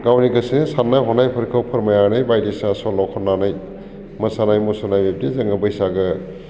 गावनि गोसोनि साननाय हनायफोरखौ फोरमायनानै बायदिसिना सल' खननानै मोसानाय मुसुरनाय बिब्दि जोङो बैसागो